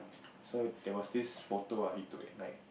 so there was this photo ah he took like